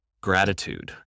gratitude